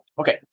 Okay